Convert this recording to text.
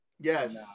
Yes